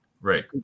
Right